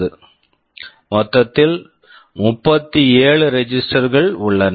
Refer Slide Time 0725 மொத்தத்தில் 37 registers registers கள் உள்ளன